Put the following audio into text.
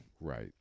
Right